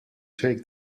take